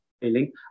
feeling